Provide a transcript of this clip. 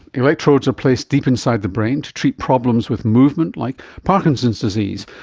electrodes are placed deep inside the brain to treat problems with movement like parkinson's disease,